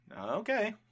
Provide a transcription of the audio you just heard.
Okay